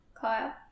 Kyle